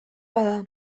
bada